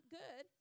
good